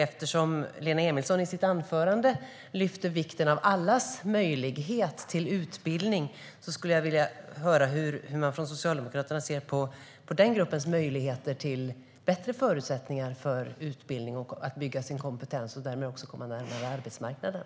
Eftersom Lena Emilsson i sitt anförande lyfte vikten av allas möjlighet till utbildning skulle jag vilja höra hur man från Socialdemokraterna ser på möjligheterna för den gruppen till bättre förutsättningar för utbildning och att bygga sin kompetens och därmed också komma närmare arbetsmarknaden.